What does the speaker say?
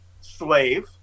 slave